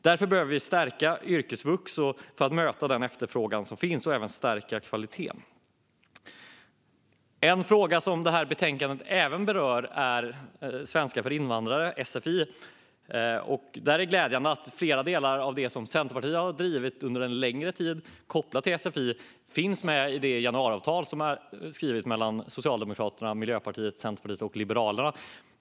Vi behöver stärka yrkesvux för att möta den efterfrågan som finns och även stärka kvaliteten. En fråga som det här betänkandet även berör är den om svenska för invandrare, sfi. Det är glädjande att flera delar av det som Centerpartiet har drivit under en längre tid kopplat till sfi finns med i januariavtalet som är skrivet mellan Socialdemokraterna, Miljöpartiet, Centerpartiet och Liberalerna.